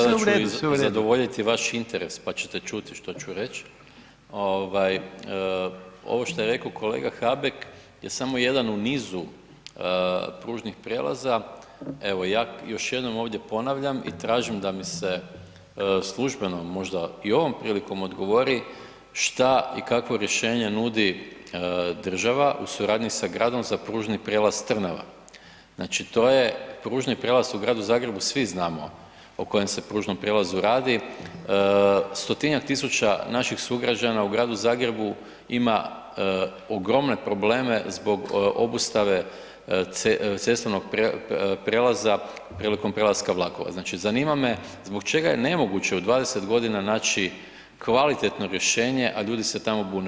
sada ću, sada ću zadovoljit i vaš interes, pa ćete čuti što ću reć, ovaj ovo što je rekao kolega Habek je samo jedan u nizu pružnih prijelaza, evo ja još jednom ovdje ponavljam i tražim da mi se službeno možda i ovom prilikom odgovori šta i kakvo rješenje nudi država u suradnji sa gradom za pružni prijelaz Trnava, znači to je pružni prijelaz u Gradu Zagrebu svi znamo o kojem se pružnom prijelazu radi, stotinjak tisuća naših sugrađana u Gradu Zagrebu ima ogromne probleme zbog obustave cestovnog prijelaza prilikom prelaska vlakova, znači zanima me zbog čega je nemoguće u 20.g. naći kvalitetno rješenje, a ljudi se tamo bune.